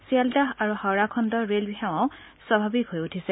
শিয়ালদাহ আৰু হাওৰা খণ্ডৰ ৰেল সেৱাও স্বাভাৱিক হৈ উঠিছে